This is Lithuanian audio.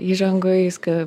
įžangoj viską